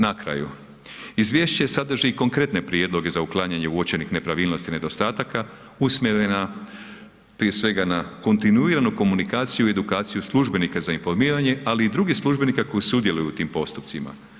Na kraju, izvješće sadrži i konkretne prijedloge za uklanjanje uočenih nepravilnosti i nedostataka, usmjerena prije svega na kontinuiranu komunikaciju i edukaciju službenika za informiranje, ali i drugih službenika koji sudjeluju u tim postupcima.